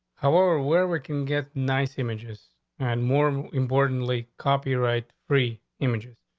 however, where we can get nice images and more importantly, copyright free images.